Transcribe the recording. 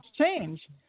change